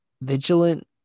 Vigilant